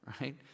right